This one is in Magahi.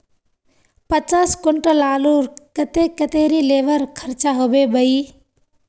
पचास कुंटल आलूर केते कतेरी लेबर खर्चा होबे बई?